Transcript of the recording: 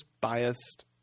biased –